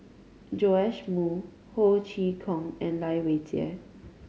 Joash Moo Ho Chee Kong and Lai Weijie